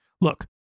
Look